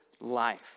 life